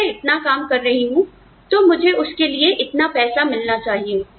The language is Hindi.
अगर मैं इतना काम कर रही हूं तो मुझे उसके लिए इतना पैसा मिलना चाहिए